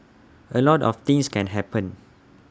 A lot of things can happen